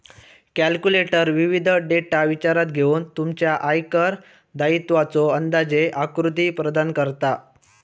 calculator विविध data विचारात घेऊन तुमच्या आयकर दायित्वाचो अंदाजे आकृती प्रदान करता